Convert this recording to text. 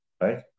right